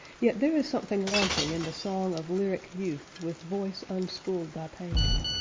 yet there is something wanting in the song of lyric youth with voice unschooled by pain.